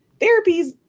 therapies